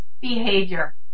behavior